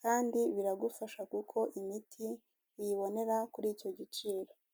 kandi biragufasha kuko imiti uyibonera kuri icyo giciro.